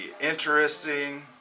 interesting